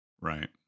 right